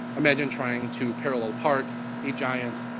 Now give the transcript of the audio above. imagine trying to parallel-park a giant,